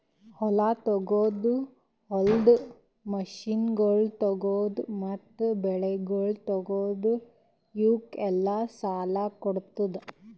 ಹೊಲ ತೊಗೋದು, ಹೊಲದ ಮಷೀನಗೊಳ್ ತೊಗೋದು, ಮತ್ತ ಬೆಳಿಗೊಳ್ ತೊಗೋದು, ಇವುಕ್ ಎಲ್ಲಾ ಸಾಲ ಕೊಡ್ತುದ್